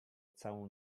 całą